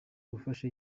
gufasha